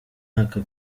mwaka